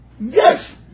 Yes